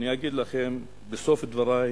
אני אגיד לכם בסוף דברי